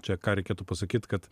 čia ką reikėtų pasakyt kad